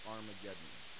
Armageddon